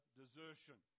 desertion